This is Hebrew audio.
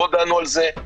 לא דנו על זה.